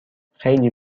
خیلی